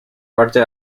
parte